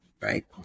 right